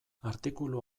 artikulu